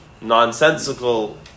nonsensical